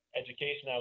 education